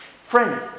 Friend